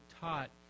taught